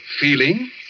Feeling